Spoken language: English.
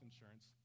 insurance